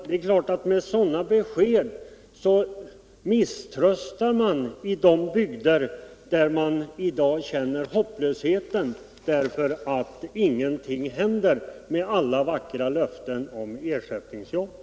Det är klart att man i vissa bygder i dag känner hopplöshet och misströstar därför att ingenting händer med alla vackra löften som givits om ersättningsjobb.